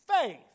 faith